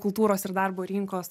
kultūros ir darbo rinkos